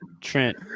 Trent